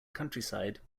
countryside